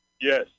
yes